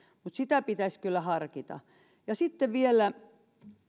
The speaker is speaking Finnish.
mutta sitä pitäisi kyllä harkita sitten vielä